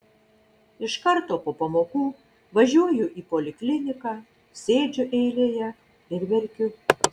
iš karto po pamokų važiuoju į polikliniką sėdžiu eilėje ir verkiu